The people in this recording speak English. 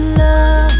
love